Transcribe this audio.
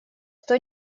кто